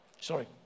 Sorry